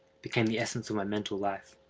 became the essence of my mental life.